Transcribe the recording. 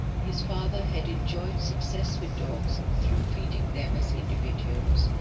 his father had enjoyed success with dogs through treating them as individuals.